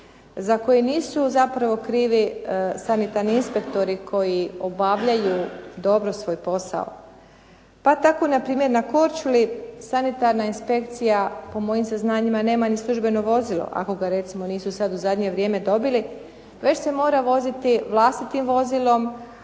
za koje nisu krivi sanitarni inspektori koji obavljaju dobro svoj posao. Pa tako npr. na Korčuli sanitarna inspekcija po mojim saznanjima nema ni službeno vozilo, ako ga sada u zadnje vrijeme nisu dobili, već se mora voziti vlastitim vozilom